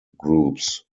groups